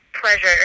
pleasure